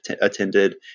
attended